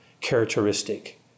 characteristic